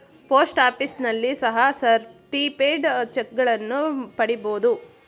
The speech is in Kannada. ಪೋಸ್ಟ್ ಆಫೀಸ್ನಲ್ಲಿ ಸಹ ಸರ್ಟಿಫೈಡ್ ಚಕ್ಗಳನ್ನ ಪಡಿಬೋದು